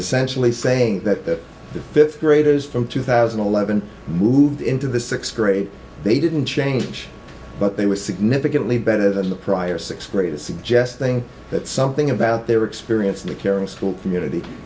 essentially saying that the fifth graders from two thousand and eleven moved into the sixth grade they didn't change but they were significantly better than the prior sixth graders suggesting that something about their experience in a caring school community